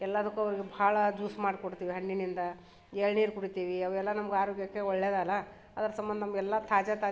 ಎಲ್ಲದಕ್ಕೂ ಅವ್ರಿಗೆ ಭಾಳ ಜೂಸ್ ಮಾಡಿಕೊಡ್ತೀವಿ ಹಣ್ಣಿನಿಂದ ಎಳ್ನೀರು ಕುಡಿತೀವಿ ಅವೆಲ್ಲ ನಮ್ಗೆ ಆರೋಗ್ಯಕ್ಕೆ ಒಳ್ಳೇದಲ್ವ ಅದ್ರ ಸಂಬಂಧ ನಮ್ಗೆ ಎಲ್ಲ ತಾಜಾ ತಾಜಾ